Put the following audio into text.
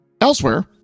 Elsewhere